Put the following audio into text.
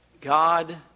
God